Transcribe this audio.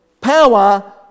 power